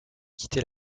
quitter